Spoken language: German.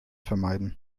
vermeiden